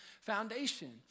foundation